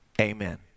amen